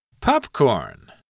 Popcorn